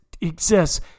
exists